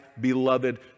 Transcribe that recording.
beloved